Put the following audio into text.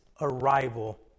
arrival